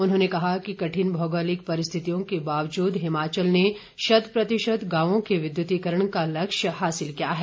उन्होंने कहा कि कठिन भौगोलिक परिस्थितियों के बावजूद हिमाचल ने शत प्रतिशत गांवों के विद्युतीकरण का लक्ष्य हासिल किया है